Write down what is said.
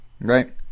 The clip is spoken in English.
Right